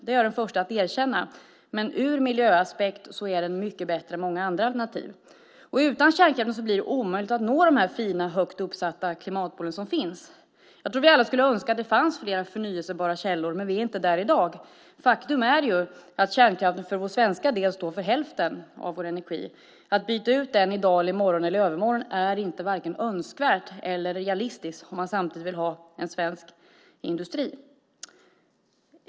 Det är jag den första att erkänna. Men ur miljöaspekt är den mycket bättre än många andra alternativ. Utan kärnkraften blir det omöjligt att nå de fina högt uppsatta klimatmålen som finns. Jag tror att vi alla skulle önska att det skulle finnas fler förnybara källor. Men vi är inte där i dag. Faktum är att kärnkraften för svensk del svarar för hälften av vår energi. Att byta ut den i dag, i morgon eller i övermorgon är varken önskvärt eller realistiskt om man samtidigt vill ha en svensk industri.